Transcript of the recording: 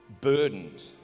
burdened